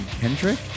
kendrick